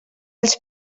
els